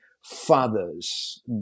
fathers